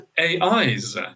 AIs